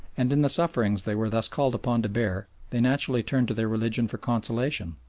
and in the sufferings they were thus called upon to bear they naturally turned to their religion for consolation,